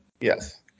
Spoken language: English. yes